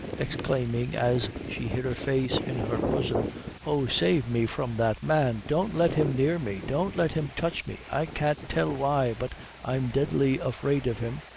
exclaiming, as she hid her face in her bosom oh save me from that man don't let! him near me don't let him touch me. i can't tell why, but i'm deadly afraid of him.